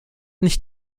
nicht